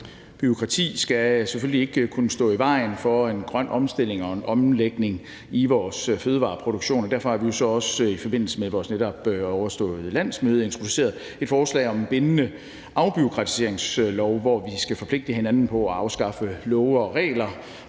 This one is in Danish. Bureaukrati skal selvfølgelig ikke kunne stå i vejen for en grøn omstilling og en omlægning i vores fødevareproduktion. Derfor har vi jo også i forbindelse med vores netop overståede landsmøde introduceret et forslag om en bindende afbureaukratiseringslov, hvor vi skal forpligtige hinanden på at afskaffe love og regler